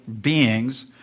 beings